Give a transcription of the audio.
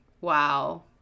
Wow